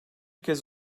kez